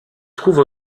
trouve